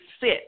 sit